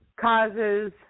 causes